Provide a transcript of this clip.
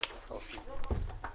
הישיבה נעולה.